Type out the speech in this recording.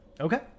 okay